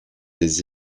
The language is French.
des